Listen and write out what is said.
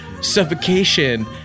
Suffocation